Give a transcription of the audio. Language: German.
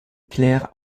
claire